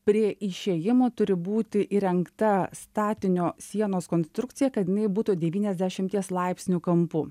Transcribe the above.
prie išėjimo turi būti įrengta statinio sienos konstrukcija kad jinai būtų devyniasdešimties laipsnių kampu